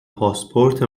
پاسپورت